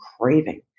craving